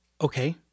Okay